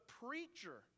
preacher